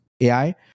AI